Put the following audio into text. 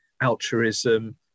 altruism